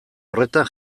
horretan